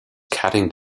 cutting